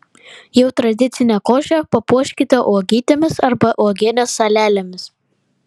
jau tradicinę košę papuoškite uogytėmis arba uogienės salelėmis